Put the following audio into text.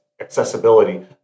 accessibility